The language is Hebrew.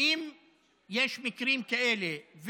אם יש מקרים כאלה,